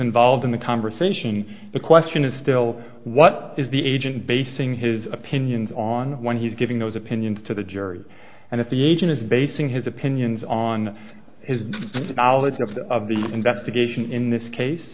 involved in the conversation the question is still what is the agent basing his opinions on when he's giving those opinions to the jury and if the agent is basing his opinions on his knowledge of the investigation in this case